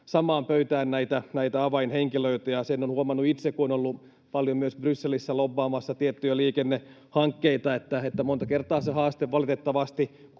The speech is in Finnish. samaan pöytään näitä avainhenkilöitä. Sen olen huomannut itse, kun olen ollut paljon myös Brysselissä lobbaamassa tiettyjä liikennehankkeita, että monta kertaa ne haasteet valitettavasti,